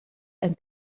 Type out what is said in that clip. and